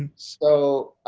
so